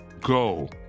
Go